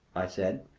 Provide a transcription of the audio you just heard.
i said,